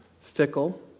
fickle